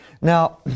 Now